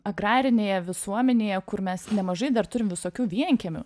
agrarinėje visuomenėje kur mes nemažai dar turim visokių vienkiemių